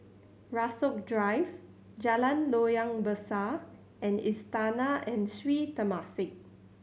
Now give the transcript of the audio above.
Rasok Drive Jalan Loyang Besar and Istana and Sri Temasek